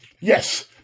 Yes